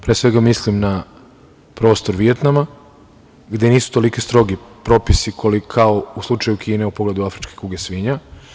Pre svega, mislim na prostor Vijetnama gde nisu toliko strogi propisi kao u slučaju Kine u pogledu afričke kuge svinja.